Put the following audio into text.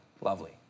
Lovely